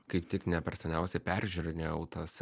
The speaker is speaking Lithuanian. kaip tik ne per seniausiai peržiūrinėjau tas